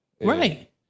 Right